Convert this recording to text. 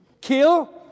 Kill